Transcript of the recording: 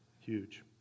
Huge